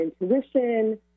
intuition